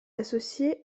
associée